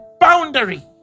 boundary